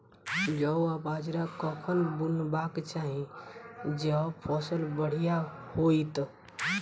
जौ आ बाजरा कखन बुनबाक चाहि जँ फसल बढ़िया होइत?